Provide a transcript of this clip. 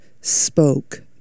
spoke